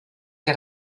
que